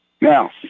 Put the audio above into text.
Now